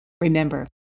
Remember